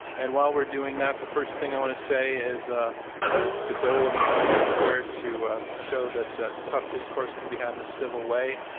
and while we're doing that, the first thing i want to say is ah it's the goalof intelligence squared to show that that tough discourse can be had in a civil way.